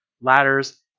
Ladders